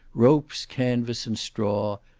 ropes, canvas, and straw,